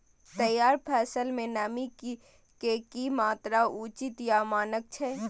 तैयार फसल में नमी के की मात्रा उचित या मानक छै?